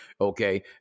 Okay